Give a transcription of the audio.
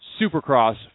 supercross